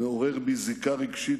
"מעורר בי זיקה רגשית,